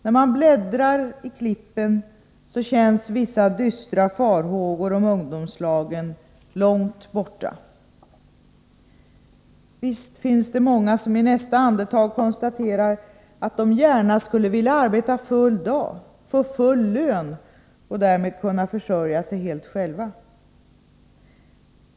När man bläddrar i klippen känns vissa dystra farhågor om ungdomslagen långt borta. Visst finns det många som i nästa andetag konstaterar att de gärna skulle vilja arbeta full dag, få full lön och därmed kunna försörja sig helt själva.